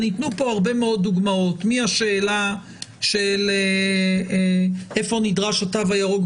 ניתנו כאן הרבה מאוד דוגמאות מהשאלה של היכן נדרש התו הירוק,